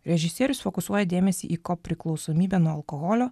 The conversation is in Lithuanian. režisierius fokusuoja dėmesį į kopriklausomybę nuo alkoholio